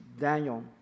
Daniel